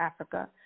Africa